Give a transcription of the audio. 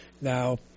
now